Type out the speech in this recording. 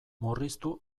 murriztu